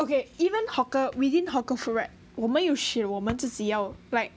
okay even hawker within hawker food right 我们有选我们自己要 like